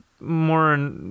more